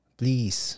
please